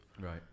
Right